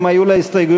אם היו לה הסתייגויות,